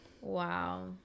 wow